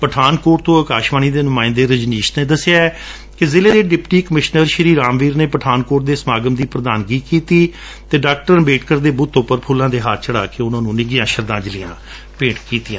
ਪਠਾਨਕੋਟ ਤੋ ਅਕਾਸ਼ਵਾਣੀ ਨੇ ਨੁਮਾਇੰਦੇ ਰਜਨੀਸ਼ ਨੇ ਦਸਿਆ ਕਿ ਸ਼ਿਲੇ ਦੇ ਡਿਪਟੀ ਕਮਿਸ਼ਨਰ ਰਾਮਵੀਰ ਨੇ ਪਠਾਨਕੋਟ ਦੇ ਸਮਾਗਮ ਦੀ ਪ੍ਰਧਾਨਗੀ ਕੀਤੀ ਅਤੇ ਡਾ ਅੰਬੇਡਕਰ ਦੇ ਬੁੱਤ ਉਪਰ ਫੁਲਾਂ ਦੇ ਹਾਰ ਚੜਾ ਕੇ ਉਨੂਾਂ ਨੂੰ ਨਿੱਘੀਆਂ ਸ਼ਰਧਾਂਜਲੀਆਂ ਭੇਟ ਕੀਡੀਆਂ